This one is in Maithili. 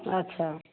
अच्छा